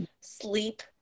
Sleep